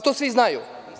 To svi znaju.